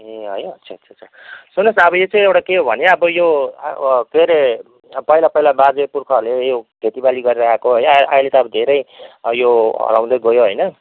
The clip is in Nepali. ए है अच्छा अच्छा सुन्नुहोस् न अब यो चाहिँ एउटा के हो भने अब यो के अरे पहिला पहिला बाजे पुर्खाहरूले यो खेतीबाली गरेर आएको हो आई अहिले त धेरै यो हराउँदै गयो होइन